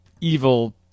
evil